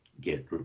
get